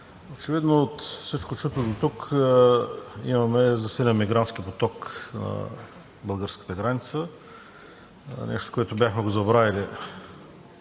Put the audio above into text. очевидно от всичко чуто дотук имаме засилен мигрантски поток на българската граница – нещо, което го бяхме забравили